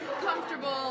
comfortable